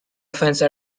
offense